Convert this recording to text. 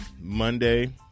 Monday